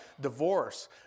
divorce